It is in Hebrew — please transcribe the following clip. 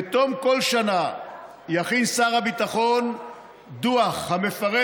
בתום כל שנה יכין שר הביטחון דוח המפרט